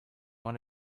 want